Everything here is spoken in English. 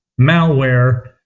malware